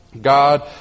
God